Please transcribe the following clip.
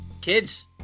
Kids